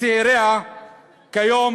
וצעיריה כיום